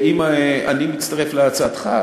אני מצטרף להצעתך.